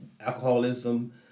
alcoholism